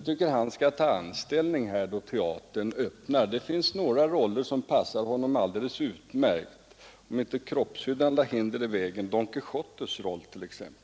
tycker jag att han skall ta anställning här, när teatern öppnar. Det finns några roller som passar honom alldeles utmärkt — om inte kroppshyddan lägger hinder i vägen t.ex. rollen som Don Quijote.